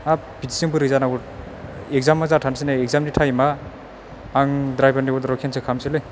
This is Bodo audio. हाब बिदिजों बोरै जानांगौ इगजामा जाथारनोसै नै इगजामनि टाइमा आं द्रायबारनि अर्डारखौ केनसेल खालामसैलै